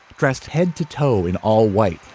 dressed head to toe in all white,